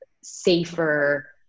safer